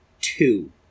two